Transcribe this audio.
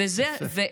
יפה.